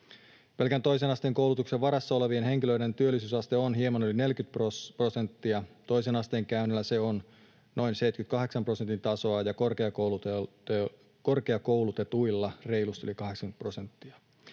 Pelkän perusasteen koulutuksen varassa olevien henkilöiden työllisyysaste on hieman yli 40 prosenttia, toisen asteen käyneillä se on noin 78 prosentin tasoa ja korkeakoulutetuilla reilusti yli 80 prosenttia.